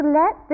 let